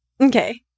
Okay